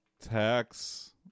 tax